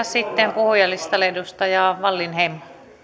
sitten puhujalistalle edustaja wallinheimo